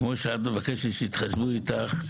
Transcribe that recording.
כמן שאת מבקשת שיתחשבו איתך,